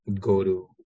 go-to